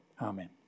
amen